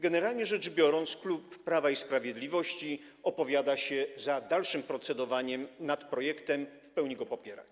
Generalnie rzecz biorąc, klub Prawa i Sprawiedliwości opowiada się za dalszym procedowaniem nad projektem i w pełni go popiera.